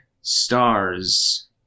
Stars